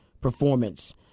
performance